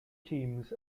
teams